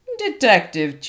detective